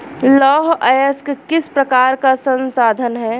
लौह अयस्क किस प्रकार का संसाधन है?